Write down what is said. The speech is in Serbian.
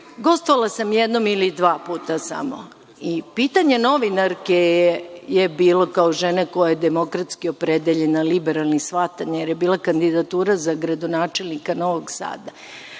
gostovala sam jednom ili dva puta, pitanje novinarke je bilo, kao žene koja je demokratski opredeljena, liberalnih shvatanja, jer je bila kandidatura za gradonačelnika Novog Sada,